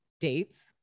dates